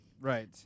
Right